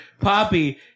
Poppy